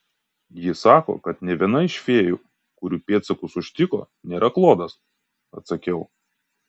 ji sako kad nė viena iš fėjų kurių pėdsakus užtiko nėra klodas atsakiau